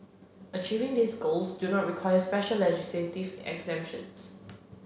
achieving these goals do not require special legislative exemptions